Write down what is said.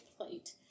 plate